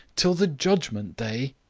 till the judgement day?